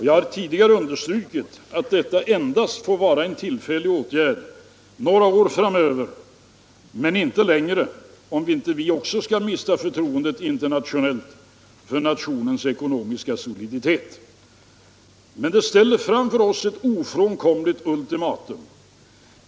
Jag har tidigare understrukit att detta endast får vara en tillfällig åtgärd några år framåt, men inte längre, om inte förtroendet internationellt för nationens ekonomiska soliditet skall förloras. Men det ställer oss inför ett ofrånkomligt ultimatum.